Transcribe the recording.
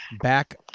back